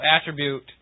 attribute